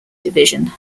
division